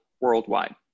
worldwide